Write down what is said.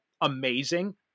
amazing